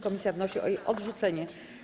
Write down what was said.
Komisja wnosi o jej odrzucenie.